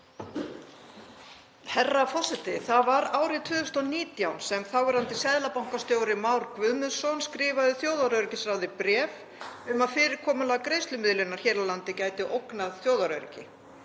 Herra forseti. Það var árið 2019 sem þáverandi seðlabankastjóri, Már Guðmundsson, skrifaði þjóðaröryggisráði bréf um að fyrirkomulag greiðslumiðlunar hér á landi gæti ógnað þjóðaröryggi.